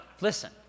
Listen